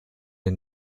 dem